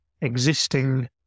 existing